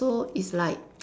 so it's like